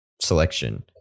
selection